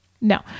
No